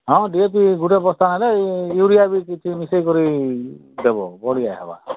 ହଁ D A P ଗୁଟେ ବସ୍ତା ନେଲେ ୟୁରିଆ ବି କିଛି ମିଶେଇକରି ଦେବ ବଢ଼ିଆ ହେବ